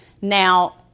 Now